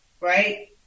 right